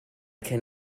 can